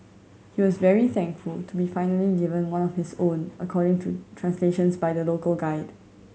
he was very thankful to be finally given one of his own according to translations by the local guide